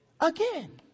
again